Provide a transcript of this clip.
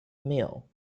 meal